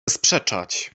sprzeczać